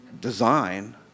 design